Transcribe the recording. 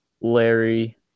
Larry